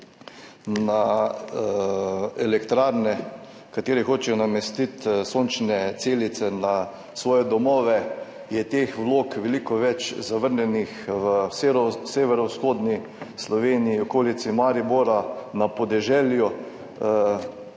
na elektrarne, ki hočejo namestiti sončne celice na svoje domove, je veliko več teh vlog zavrnjenih v severovzhodni Sloveniji, v okolici Maribora, na podeželju.